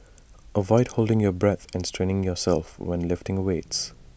avoid holding your breath and straining yourself when lifting weights